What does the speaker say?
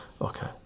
Okay